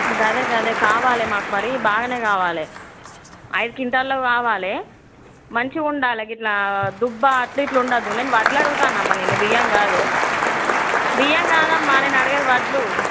గదే గదే కావాలి మాకు మరి బాగా కావాలి ఐదు క్వింటాల్ కావాలి మంచిగా ఉండాలి గిట్లా దుబ్బా అట్లు ఇట్లు ఉండద్దు నేను వడ్లు అడుగుతున్నా అమ్మా నిన్ను బియ్యం కాదు బియ్యం కాదమ్మ నేను అడిగేది వడ్లు